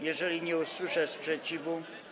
Jeżeli nie usłyszę sprzeciwu.